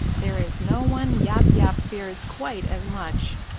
there is no one yap yap fears quite as much.